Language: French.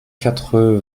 quatre